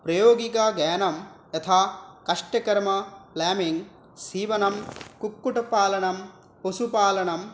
प्रायोगिकज्ञानं यथा कष्टकर्म प्लेमिङ्ग् सीवनं कुक्कुटपालनं पशुपालनम्